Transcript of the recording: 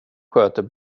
sköter